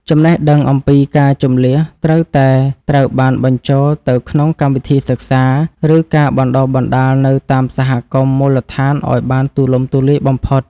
ចំណេះដឹងអំពីការជម្លៀសត្រូវតែត្រូវបានបញ្ចូលទៅក្នុងកម្មវិធីសិក្សា ឬការបណ្តុះបណ្តាលនៅតាមសហគមន៍មូលដ្ឋានឱ្យបានទូលំទូលាយបំផុត។